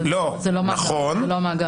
זה לא מאגר מידע.